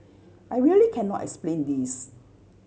I really cannot explain this